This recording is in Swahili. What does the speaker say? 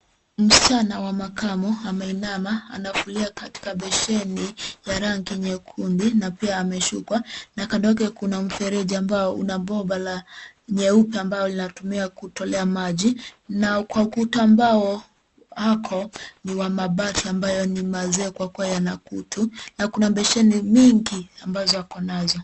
Msichana wa makamo ameinama, anafulia katika beseni ya rangi nyekundu na pia ameshukwa, na kando yake kuna mfereji ambao una bomba la nyeupe ambalo linatumiwa kutolea maji, na kwa ukuta ambao ako ni wa mabati, ambayo ni mazee kwa kuwa yana kutu, na kuna beseni mingi, ambazo ako nazo.